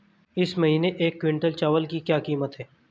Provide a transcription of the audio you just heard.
इस महीने एक क्विंटल चावल की क्या कीमत है?